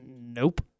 Nope